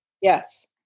Yes